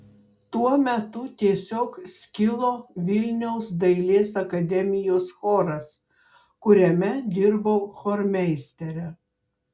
tuo metu tiesiog skilo vilniaus dailės akademijos choras kuriame dirbau chormeistere